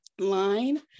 line